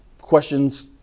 questions